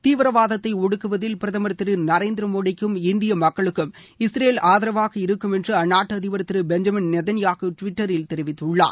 தீவிரவாதத்தை ஒடுக்குவதில் பிரதமர் திரு நரேந்திர மோடிக்கும் இந்திய மக்களுக்கும் இஸ்ரேல் ஆதரவாக இருக்கும் என்று அந்நாட்டு பிரதமர் திரு பெஞ்சமின் நெத்தன்யாஹூ டுவிட்டரில் தெரிவித்துள்ளார்